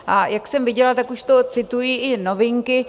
A jak jsem viděla, tak už to citují i Novinky.